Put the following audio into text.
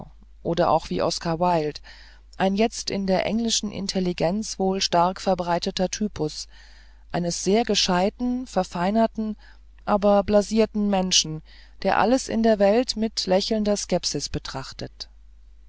und auch wie oskar wilde ein jetzt in der englischen intelligenz wohl stark verbreiteter typus eines sehr gescheiten verfeinerten aber blasierten menschen der alles in der welt mit lächelnder skepsis betrachtet